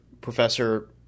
Professor